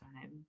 time